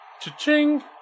cha-ching